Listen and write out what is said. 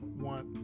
want